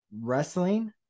wrestling